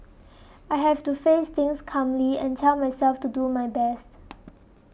I have to face things calmly and tell myself to do my best